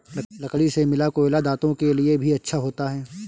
लकड़ी से मिला कोयला दांतों के लिए भी अच्छा होता है